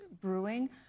brewing